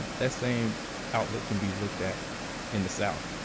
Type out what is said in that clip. um that same outlook can be looked at in the south,